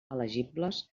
elegibles